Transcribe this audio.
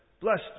Blessed